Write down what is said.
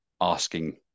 asking